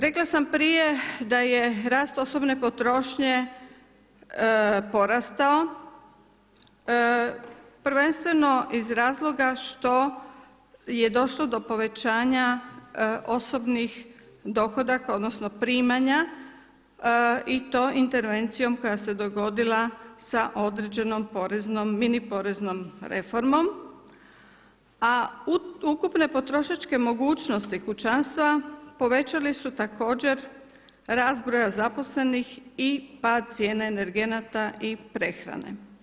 Rekla sam prije da je rast osobne potrošnje porastao prvenstveno iz razloga što je došlo do povećanja osobnih dohodaka odnosno primanja i to intervencijom koja se dogodila sa određenom mini poreznom reformom, a ukupne potrošačke mogućnosti kućanstva povećali su također rast broja zaposlenih i pad cijene energenata i prehrane.